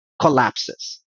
collapses